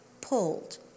pulled